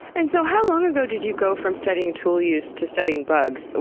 and so how long ago did you go from studying tool use to studying bugs,